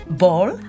ball